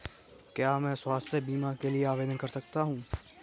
क्या मैं स्वास्थ्य बीमा के लिए आवेदन कर सकता हूँ?